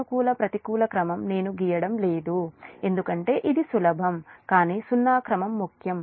సానుకూల ప్రతికూల క్రమం నేను గీయడం లేదు ఎందుకంటే ఇది సులభం కానీ సున్నా క్రమం ముఖ్యం